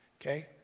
okay